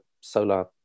solar